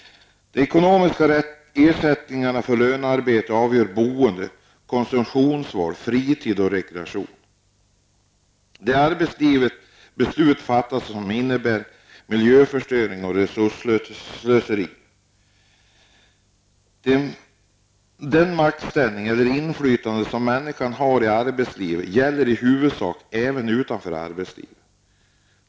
De ekonomiska ersättningarna för lönearbete avgör boende, konsumtionsval, fritid och rekreation etc. Det är i arbetslivet som de beslut fattas som innebär miljöförstöring och resursslöseri. Den maktställning eller det inflytande som en människa har i arbetslivet gäller även i huvudsak utanför arbetslivet.